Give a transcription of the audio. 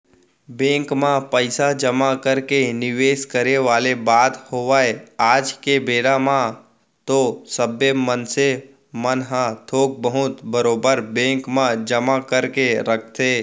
bank म पइसा जमा करके निवेस करे वाले बात होवय आज के बेरा म तो सबे मनसे मन ह थोक बहुत बरोबर बेंक म जमा करके रखथे